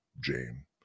jane